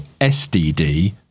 SDD